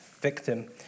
victim